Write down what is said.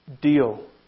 deal